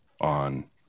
on